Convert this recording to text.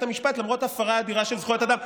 המשפט למרות הפרה אדירה של זכויות אדם,